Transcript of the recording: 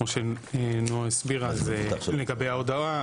כמו שנעה הסבירה זה לגבי ההודעה,